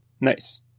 Nice